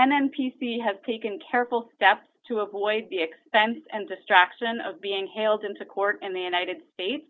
n n p c have taken careful steps to avoid the expense and distraction of being hailed into court and the united states